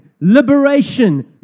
liberation